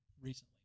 recently